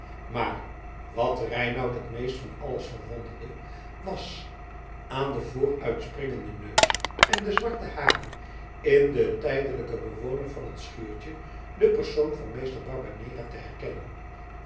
maar wat reinout het meest van alles verwonderde was aan den vooruitspringenden neus en de zwarte haren in den tijdelijken bewoner van het schuurtje den persoon van meester barbanera te herkennen